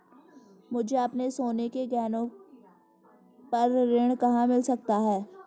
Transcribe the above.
मुझे अपने सोने के गहनों पर ऋण कहाँ मिल सकता है?